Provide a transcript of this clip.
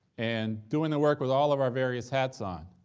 and doing the work with all of our various hats on.